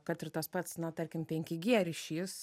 kad ir tas pats na tarkim penki g ryšys